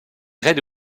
red